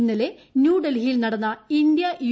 ഇന്നലെ ന്യൂഡൽഹിയിൽ നടന്ന ഇന്ത്യ യു